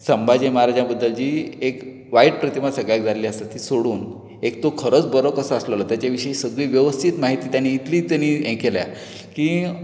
संभाजी महाराजा बद्दल जी एक वायट प्रतिमा सगळ्याक जाल्ली आसा ती सोडून एक तो खरोच बरो कसो आसललो ताचे विशीं सगळी वेवस्थीत म्हायती ताणें इतलीं ताणें हें केल्या की